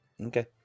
Okay